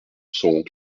sont